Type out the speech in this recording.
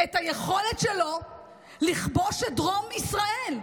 את היכולת שלו לכבוש את דרום ישראל.